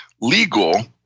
legal